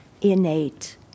innate